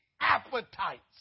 appetites